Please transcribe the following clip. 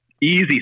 Easy